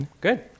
good